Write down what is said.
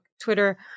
Twitter